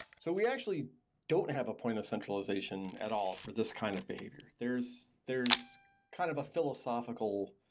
so we actually don't have a point of centralization at all for this kind of behavior. there's there's kind of a philosophical,